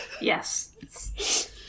Yes